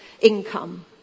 income